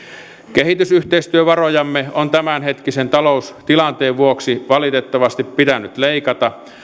kehitysyhteistyövarojamme on tämänhetkisen taloustilanteen vuoksi valitettavasti pitänyt leikata